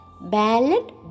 Ballad